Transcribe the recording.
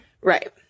Right